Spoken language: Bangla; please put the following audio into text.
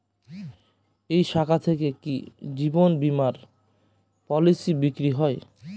এই শাখা থেকে কি জীবন বীমার পলিসি বিক্রয় হয়?